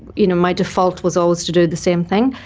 you know, my default was always to do the same thing,